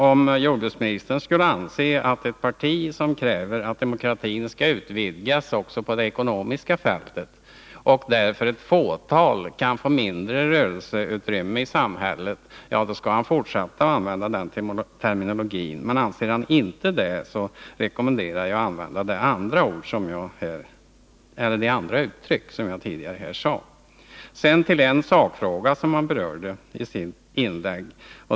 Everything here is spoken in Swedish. Om jordbruksministern syftar på ett parti som kräver att demokratin skall utvidgas också på det ekonomiska fältet, varvid ett fåtal kan få mindre rörelseutrymme i samhället, då skall han fortsätta att använda denna terminologi, men anser han inte det rekommenderar jag honom att använda något av de andra uttryck som jag tidigare anvisade. Sedan till en sakfråga som jordbruksministern berörde i sitt inlägg.